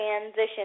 transition